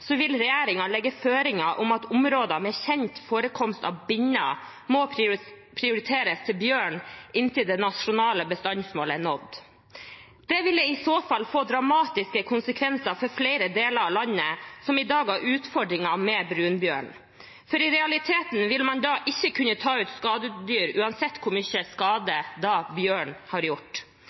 vil regjeringen legge føringer om at områder med kjent forekomst av binner må prioriteres til bjørn inntil det nasjonale bestandsmålet er nådd. Det ville i så fall få dramatiske konsekvenser for flere deler av landet som i dag har utfordringer med brunbjørn, for i realiteten ville man da ikke kunne ta ut skadedyr uansett hvor mye skade bjørnen har gjort.